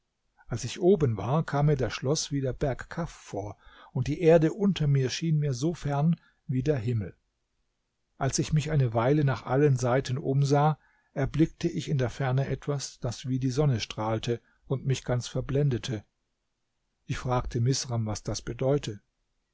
als ich oben war kam mir das schloß wie der berg kaf vor und die erde unter mir schien mir so fern wie der himmel als ich mich eine weile nach allen seiten umsah erblickte ich in der ferne etwas das wie die sonne strahlte und mich ganz verblendete ich fragte misram was das bedeute